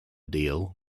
deal